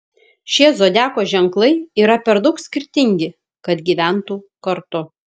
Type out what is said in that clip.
šie zodiako ženklai yra per daug skirtingi kad gyventų kartu